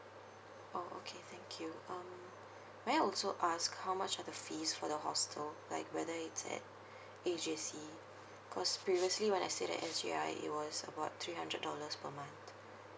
oh okay thank you um may I also ask how much are the fees for the hostel like whether it's at A_J_C cause previously when I stay at the S_J_I it was about three hundred dollars per month